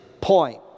point